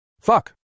Fuck